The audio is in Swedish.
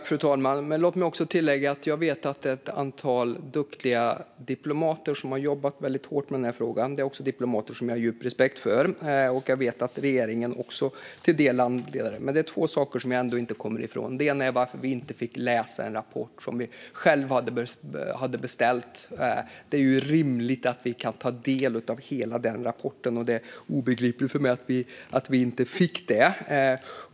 Fru talman! Låt mig tillägga att jag vet att det finns ett antal duktiga diplomater som har jobbat väldigt hårt med denna fråga. Det är diplomater som jag har djup respekt för. Det vet jag att regeringen också har del i. Men det är två saker som jag ändå inte kommer ifrån. Det ena är varför vi inte fick läsa en rapport som vi själva hade beställt. Det är rimligt att vi kan ta del av hela denna rapport, och det är obegripligt för mig att vi inte fick det.